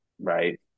right